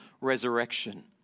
resurrection